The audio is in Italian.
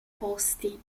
posti